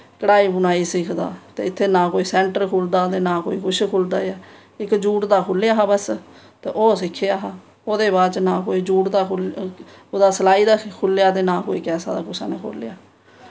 कढ़ाई बुनाई सिक्खदा ते इत्थें ना कोई सेंटर खु'ल्लदा ते ना कोई कुछ खु'ल्लदा ऐ ते इक जूट दा खु'ल्लेआ हा बस ते ओह् सिक्खेआ हा ओह्दे बाद च ना कोई जूट दा खु'ल्लेआ ना कोई सलाई दा खु'ल्लेआ ते ना कोई किसे दा खु'ल्लेआ